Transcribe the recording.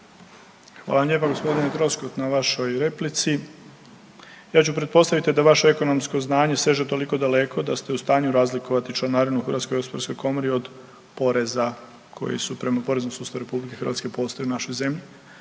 Hvala lijepa gospodine Troskot na vašoj replici. Ja ću pretpostaviti da vaše ekonomsko znanje seže toliko daleko da ste u stanju razlikovati članarinu u HGK od poreza koji su prema poreznom sustavu RH postoje u našoj zemlji.